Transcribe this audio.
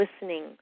listening